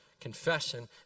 Confession